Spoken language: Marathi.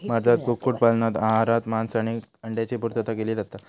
भारतात कुक्कुट पालनातना आहारात मांस आणि अंड्यांची पुर्तता केली जाता